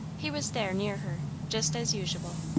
he was there near her, just as usual,